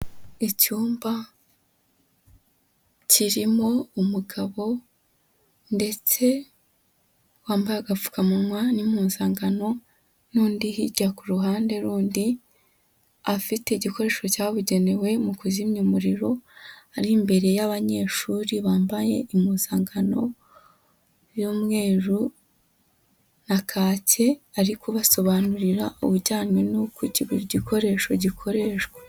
Icyumba kirimo umugabo ndetse wambaye agapfukamunwa n'impunzangano n'undi hirya ku ruhande rundi afite igikoresho cyabugenewe mu kuzimya umuriro, ari imbere y'abanyeshuri bambaye impuzankano y'umweru na kake, ari kubasobanurira ibijyanye n'uko iki gikoresho gikoreshwa.